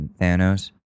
Thanos